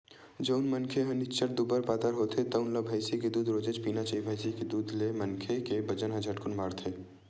जउन मनखे ह निच्चट दुबर पातर होथे तउन ल भइसी के दूद रोजेच पीना चाही, भइसी के दूद ले मनखे के बजन ह झटकुन बाड़थे